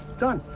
done.